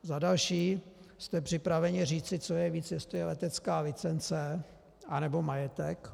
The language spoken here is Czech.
Za další jste připraveni říci, co je více, jestli letecká licence, anebo majetek?